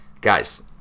guys